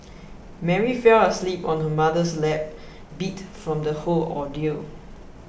Mary fell asleep on her mother's lap beat from the whole ordeal